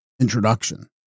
Introduction